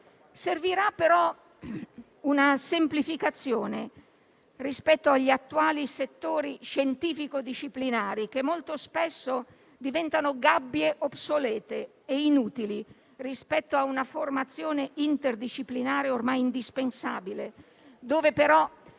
Servirà però una semplificazione rispetto agli attuali settori scientifico-disciplinari, che molto spesso diventano gabbie obsolete e inutili rispetto a una formazione interdisciplinare ormai indispensabile, dove però